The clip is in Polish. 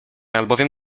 albowiem